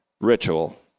ritual